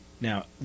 Now